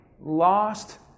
lost